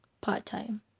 part-time